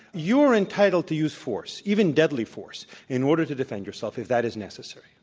you're entitled to use force, even deadly force, in order to defend yourself if that is necessary.